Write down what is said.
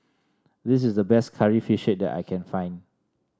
this is the best Curry Fish Head I can find